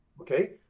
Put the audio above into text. okay